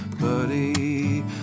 buddy